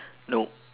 no